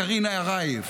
לקרינה ארייב.